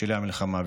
בשלהי המלחמה.